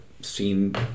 seen